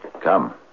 Come